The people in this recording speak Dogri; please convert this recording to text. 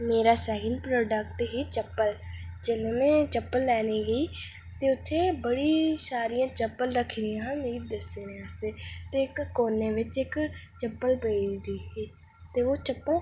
मेरा स्हेई प्रोडक्ट ऐ चप्पल जेहले में चप्पल लैने गी गेई ते उत्थै बडी सारियें चप्पल रक्खी दियां हा मी दस्सने आस्तै ते इक कोने बिच इक चप्पल पेदी ही ते ओह् चप्पल